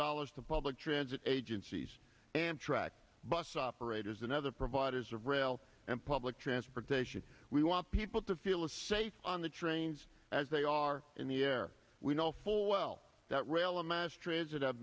dollars to public transit agencies and track bus operators and other providers of rail and public transportation we want people to feel as safe on the trains as they are in the air we know full well that rail mass transit